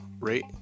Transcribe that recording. rate